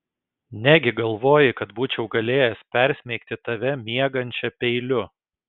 negi galvoji kad būčiau galėjęs persmeigti tave miegančią peiliu